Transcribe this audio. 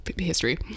History